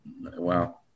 Wow